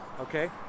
Okay